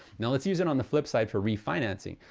now let's use it on the flip side for refinancing.